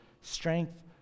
strength